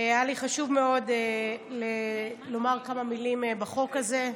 היה לי חשוב מאוד לומר כמה מילים על החוק הזה,